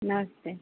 नमस्ते